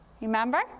remember